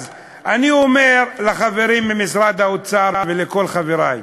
אז אני אומר לחברים ממשרד האוצר ולכל חברי,